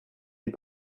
est